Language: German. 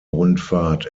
rundfahrt